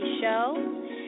show